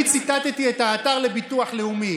אני ציטטתי את האתר לביטוח לאומי.